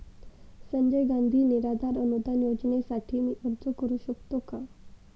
संजय गांधी निराधार अनुदान योजनेसाठी मी अर्ज करू शकतो का?